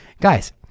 Guys